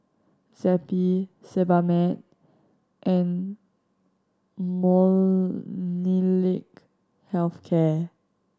Zappy Sebamed and Molnylcke Health Care